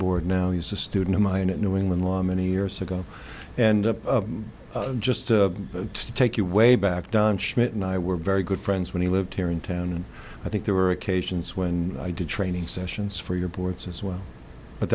board now he's a student of mine at new england law many years ago and just to take you way back don schmitt and i were very good friends when he lived here in town and i think there were occasions when i did training sessions for your boards as well but